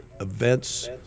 events